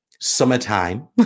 summertime